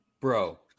Bro